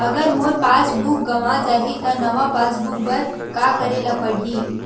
अगर मोर passbook गवां जाहि त नवा पास बुक बर का करे ल पड़हि?